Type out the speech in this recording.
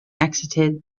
exited